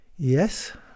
Yes